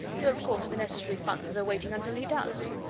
so of course the necessary funds are waiting until he does.